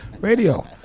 Radio